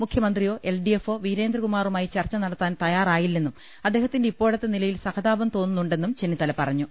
മുഖ്യമന്ത്രിയോ L D എഫോ വീരേന്ദ്രകുമാറുമായി ചർച്ച നടത്താൻ തയ്യാറായില്ലെന്നും അദ്ദേഹത്തിന്റെ ഇപ്പോഴത്തെ നിലയിൽ സഹതാപം തോന്നുന്നു ണ്ടെന്നും ചെന്നിത്തല പറഞ്ഞു